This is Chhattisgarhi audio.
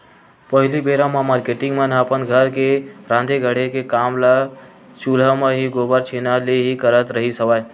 पहिली बेरा म मारकेटिंग मन ह अपन घर के राँधे गढ़े के काम ल चूल्हा म ही, गोबर छैना ले ही करत रिहिस हवय